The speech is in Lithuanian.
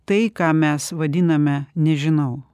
tai ką mes vadiname nežinau